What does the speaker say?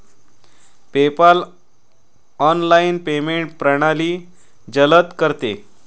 PayPal online payment प्रणाली जलद करते